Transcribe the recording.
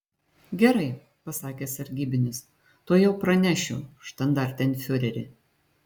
gerai pasakė sargybinis tuojau pranešiu štandartenfiureri